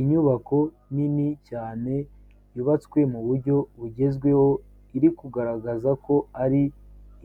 Inyubako nini cyane yubatswe mu buryo bugezweho, iri kugaragaza ko ari